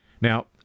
Now